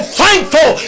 thankful